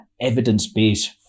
evidence-based